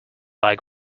like